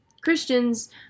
Christians